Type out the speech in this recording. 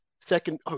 second